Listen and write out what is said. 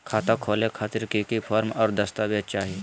खाता खोले खातिर की की फॉर्म और दस्तावेज चाही?